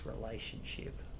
relationship